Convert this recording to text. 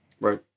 Right